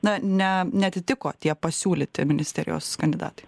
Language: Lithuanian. na ne neatitiko tie pasiūlyti ministerijos kandidatai